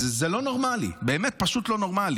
זה לא נורמלי, באמת, פשוט לא נורמלי.